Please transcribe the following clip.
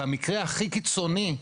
במקרה הכי קיצוני,